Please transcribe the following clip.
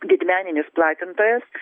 didmeninis platintojas